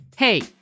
Hey